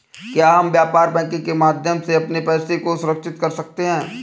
क्या हम व्यापार बैंकिंग के माध्यम से अपने पैसे को सुरक्षित कर सकते हैं?